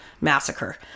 Massacre